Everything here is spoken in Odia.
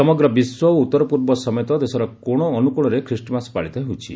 ସମଗ୍ର ବିଶ୍ୱ ଓ ଉତ୍ତରପୂର୍ବ ସମେତ ଦେଶର କୋଣଅନୁକୋଣରେ ଖ୍ରୀଷ୍ଟମାସ ପାଳିତ ହେଉଛି